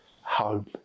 home